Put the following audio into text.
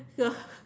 ya